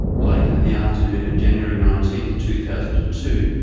late in the afternoon of january nineteen, two thousand and two,